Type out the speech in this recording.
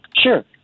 Sure